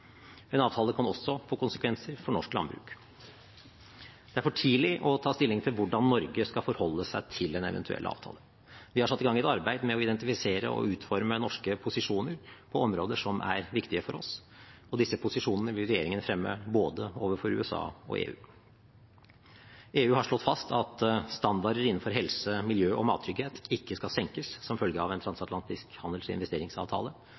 En avtale kan også få konsekvenser for norsk landbruk. Det er for tidlig å ta stilling til hvordan Norge skal forholde seg til en eventuell avtale. Vi har satt i gang et arbeid med å identifisere og utforme norske posisjoner på områder som er viktige for oss. Disse posisjonene vil regjeringen fremme overfor både USA og EU. EU har slått fast at standarder innenfor helse, miljø og mattrygghet ikke skal senkes som følge av en transatlantisk handels- og investeringsavtale.